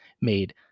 made